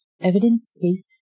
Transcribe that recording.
Evidence-Based